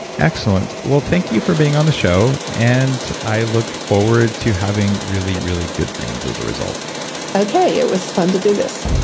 excellent. well, thank you for being on the show, and i look forward to having really, really good dreams as a result okay, it was fun to do this